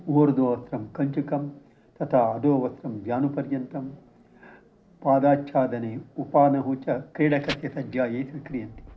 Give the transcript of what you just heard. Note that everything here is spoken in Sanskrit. ऊर्ध्व वस्त्रं कञ्चुकं तथा अदो वस्त्रं जानुपर्यन्तं पादाच्छादने उपानहोश्च क्रीडकस्य सज्जायै क्रियन्ते